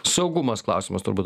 saugumas klausimas turbūt